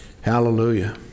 Hallelujah